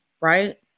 right